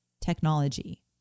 technology